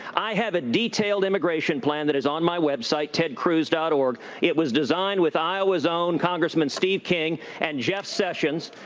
i have a detailed immigration plan that is on my website, tedcruz org. it was designed with iowa's own congressman steve king and jeff sessions,